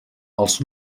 els